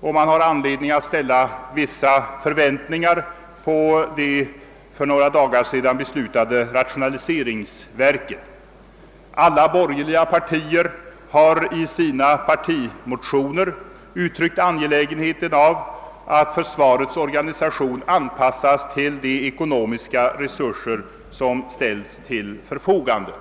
och man har anledning att ställa vissa förväntningar på det för några dagar sedan beslutade rationaliseringsverket. Alla borgerliga partier har i sina partimotioner uttryckt angelägenheten av att försvarsorganisationen anpassas till de ekonomiska resurser som ställs till förfogande.